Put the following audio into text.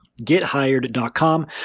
Gethired.com